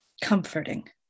comforting